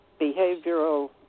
behavioral